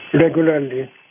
regularly